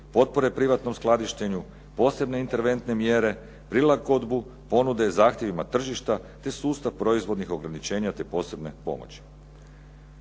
potpore privatnom skladištenju, posebne interventne mjere, prilagodbu ponude zahtjevima tržišta, sustav proizvodnih ograničenja te sustav posebnih pomoći.